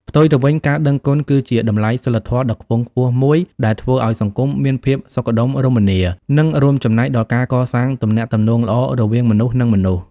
ផ្ទុយទៅវិញ ការដឹងគុណគឺជាតម្លៃសីលធម៌ដ៏ខ្ពង់ខ្ពស់មួយដែលធ្វើឲ្យសង្គមមានភាពសុខដុមរមនា និងរួមចំណែកដល់ការកសាងទំនាក់ទំនងល្អរវាងមនុស្សនិងមនុស្ស។